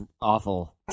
awful